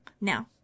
Now